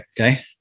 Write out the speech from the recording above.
Okay